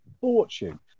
fortune